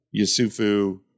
Yasufu